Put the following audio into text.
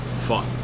fun